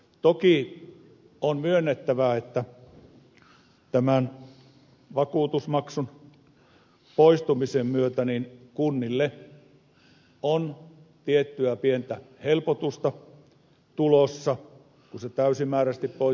toki on myönnettävä että tämän vakuutusmaksun poistumisen myötä kunnille on tiettyä pientä helpotusta tulossa kun se täysimääräisesti poistuu jo nyt